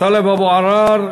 טלב אבו עראר.